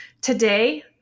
Today